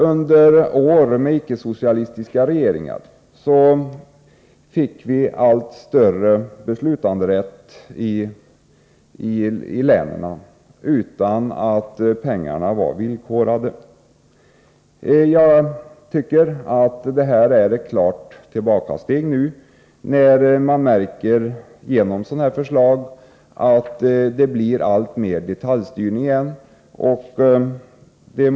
Under åren med icke-socialistiska regeringar fick vi allt större beslutanderätt i länen utan att pengarna var villkorade. Jag tycker att detta förslag innebär ett klart steg tillbaka. Genom sådana här förslag blir det åter allt större detaljstyrning.